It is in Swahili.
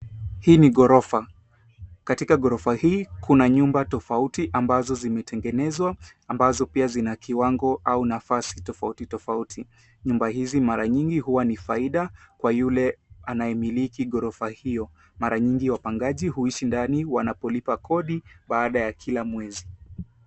Hii ni ghorofa. katika ghorofa hii kuna nyumba tofauti ambazo zimetengenezwa ambazo pia zina kiwango au nafasi tofautitofauti. Nyumba hizi mara nyingi huwa ni faida kwa yule anayemiliki ghorofa hiyo. Mara nyingi wapangaji huishi ndani wanapolipa kodi baada ya kila mwezi.